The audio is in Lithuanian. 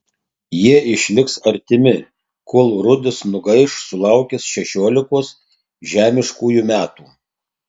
jie išliks artimi kol rudis nugaiš sulaukęs šešiolikos žemiškųjų metų